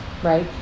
right